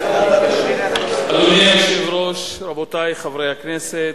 אדוני היושב-ראש, רבותי חברי הכנסת,